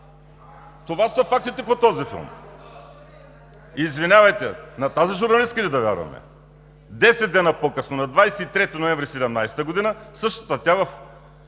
Това са фактите по този филм. Извинявайте, на тази журналистка ли да вярвам?! Десет дни по-късно, на 23 ноември 2017 г., същата тя в